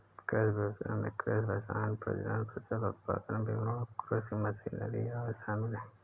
कृषि व्ययसाय में कृषि रसायन, प्रजनन, फसल उत्पादन, वितरण, कृषि मशीनरी आदि शामिल है